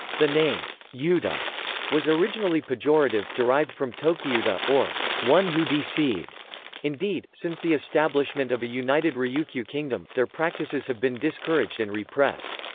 the name yuta was originally pejorative, derived from tokiyuta, or one who deceived indeed, since the establishment of a united ryukyu kingdom, their practices have been discouraged and repressed.